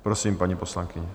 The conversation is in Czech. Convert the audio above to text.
Prosím, paní poslankyně.